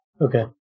Okay